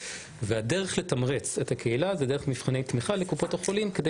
הדרך לתמרץ את הקהילה היא דרך מבחני תמיכה לקופות החולים כדי